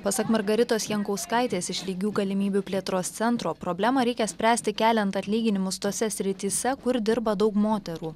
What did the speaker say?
pasak margaritos jankauskaitės iš lygių galimybių plėtros centro problemą reikia spręsti keliant atlyginimus tose srityse kur dirba daug moterų